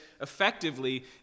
effectively